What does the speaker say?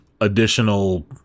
additional